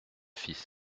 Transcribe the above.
fils